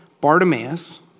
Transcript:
Bartimaeus